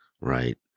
Right